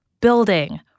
building